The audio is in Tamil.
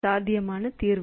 இது சாத்தியமான தீர்வு